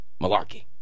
malarkey